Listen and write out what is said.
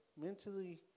mentally